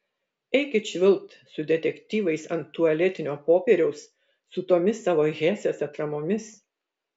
eikit švilpt su detektyvais ant tualetinio popieriaus su tomis savo hesės atramomis